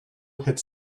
hit